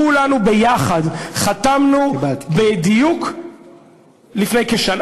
כולנו ביחד חתמנו בדיוק לפני שנה,